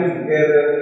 together